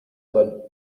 drin